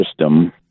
system